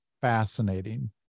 fascinating